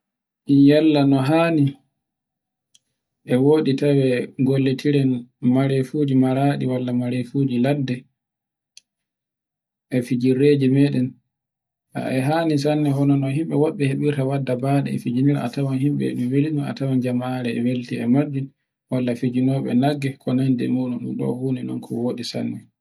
Yalla no haani e wodi tawe gollitire marefuji maraɗe malla marefuji ladde, e fijirleje meɗen e hani sanne hono no himbe nana himbe wobbe hebirta wadda bade e fijirlaje, a tawan himbe e fijirla holla fijinobe nagge ko nandi e moɗum un ɗo funa kowoɗi sanne.